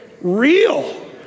real